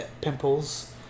pimples